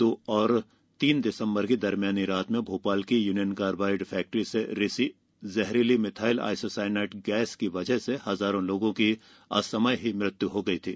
दो और तीन दिसम्बर की दरमियानी रात में भोपाल की यूनियन कार्बाइड फैक्ट्री से रिसी जहरीली मिथाइल आइसोसाइनेट गैस की वजह से हजारों लोगों की असमय ही मृत्यु हो गई थी